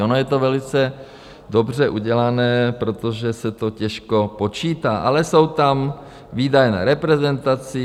Ono je to velice dobře udělané, protože se to těžko počítá, ale jsou tam výdaje na reprezentaci.